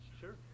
Sure